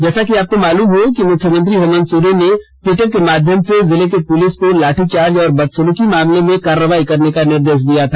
जैसा कि आपको मालुम हो कि मुख्यमंत्री हेमंत सोरेन ने ट्वीटर के माध्यम से जिले की पुलिस को लाठीचार्ज और बदसलूकी मामले में कार्रवाई करने का निर्देश दिया था